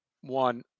one